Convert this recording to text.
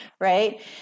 right